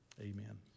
amen